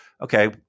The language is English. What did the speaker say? okay